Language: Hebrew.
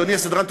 אדוני הסדרן.